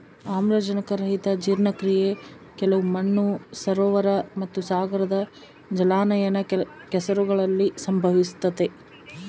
ಆಮ್ಲಜನಕರಹಿತ ಜೀರ್ಣಕ್ರಿಯೆ ಕೆಲವು ಮಣ್ಣು ಸರೋವರ ಮತ್ತುಸಾಗರದ ಜಲಾನಯನ ಕೆಸರುಗಳಲ್ಲಿ ಸಂಭವಿಸ್ತತೆ